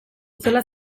zela